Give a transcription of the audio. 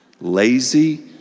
lazy